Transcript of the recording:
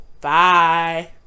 Bye